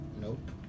Nope